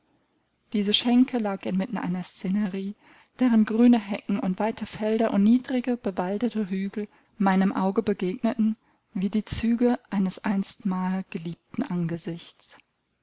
diese schenke lag inmitten einer scenerie deren grüne hecken und weite felder und niedrige bewaldete hügel meinem auge begegneten wie die züge eines einstmal geliebten angesichts